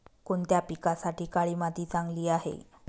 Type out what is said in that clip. कोणत्या पिकासाठी काळी माती चांगली आहे?